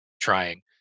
trying